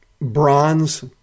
bronze